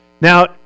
Now